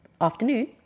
afternoon